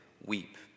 weep